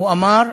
הוא אמר: